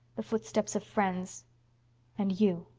the footsteps of friends and you!